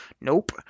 Nope